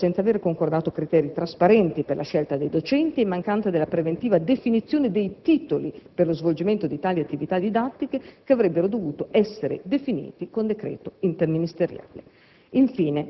E tutto ciò senza aver concordato criteri trasparenti per la scelta dei docenti e in mancanza della preventiva definizione dei titoli per lo svolgimento di tali attività didattiche, che avrebbero dovuto essere definiti con decreto interministeriale.